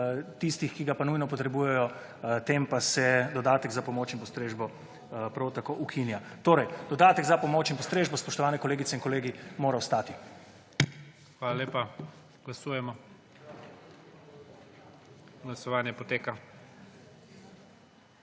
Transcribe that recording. tistih, ki ga pa nujno potrebujejo, tem pa se dodatek za pomoč in postrežbo prav tako ukinja. Torej, dodatek za pomoč in postrežbo, spoštovane kolegice in kolegi, mora ostati. PREDSEDNIK IGOR ZORČIČ: Hvala lepa.